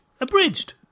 Abridged